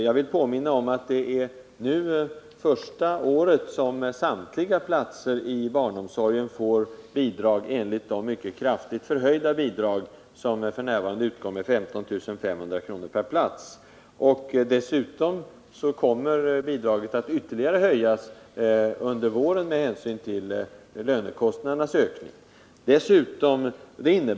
Jag vill påminna om att det nu är första året som kommunerna får bidrag för samtliga platser i barnomsorgen enligt de mycket kraftigt förhöjda bidragen med 15 500 kr. per plats som f. n. utgår. Dessutom kommer bidraget med hänsyn till lönekostnadernas ökning att höjas ytterligare under våren.